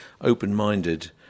open-minded